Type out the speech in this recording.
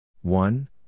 One